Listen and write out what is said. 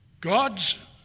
God's